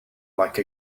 like